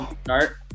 start